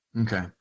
Okay